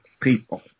people